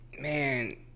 man